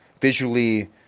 visually